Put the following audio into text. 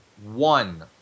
one